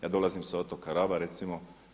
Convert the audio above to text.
Ja dolazim sa otoka Raba recimo.